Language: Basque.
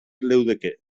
leudeke